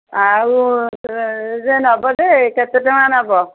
ଆଉ ଯେ ନେବ ଯେ କେତେ ଟଙ୍କା ନେବ